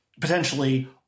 potentially